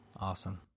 Awesome